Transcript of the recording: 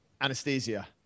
anesthesia